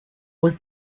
was